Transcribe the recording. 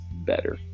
better